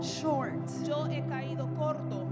short